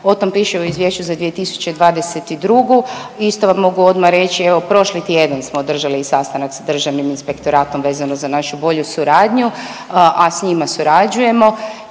o tom piše u izvješću za 2022., isto vam mogu odma reći, evo prošli tjedan smo održali sastanak sa Državnim inspektoratom vezano za našu bolju suradnju, a s njima surađujemo